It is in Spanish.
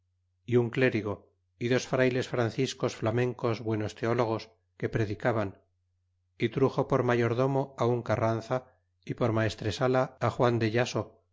y un clérigo y dos frayles franciscos flamencos buenos teólogos que predicaban y truxo por mayordomo un carranza y por maestresala juan de yaso